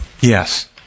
Yes